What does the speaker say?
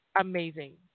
amazing